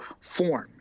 form